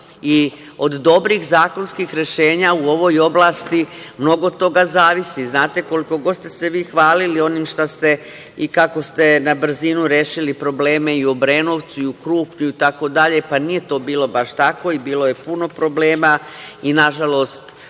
i od dobrih zakonskih rešenja u ovoj oblasti mnogo toga zavisi. Znate, koliko god ste se vi hvalili onim šta ste i kako ste na brzinu rešili probleme i u Obrenovcu i u Krupnju itd, pa nije to bilo baš tako. Bilo je puno problema i nažalost,